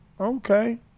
Okay